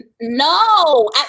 No